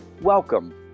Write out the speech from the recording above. Welcome